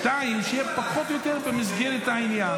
שיהיה פחות או יותר במסגרת העניין.